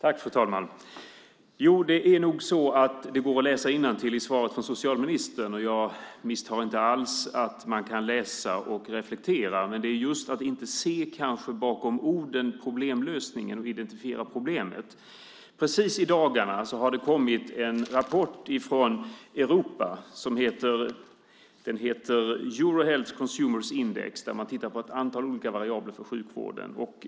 Fru talman! Jo, det går nog att läsa innantill i svaret från socialministern. Jag misstror inte alls att man kan läsa och reflektera. Men man ser kanske inte problemlösningen bakom orden och kan identifiera problemet. Precis i dagarna har det kommit en rapport från Europa som heter Euro Health Consumer Index . Där tittar man på ett antal olika variabler för sjukvården.